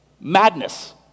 madness